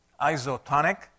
isotonic